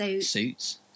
Suits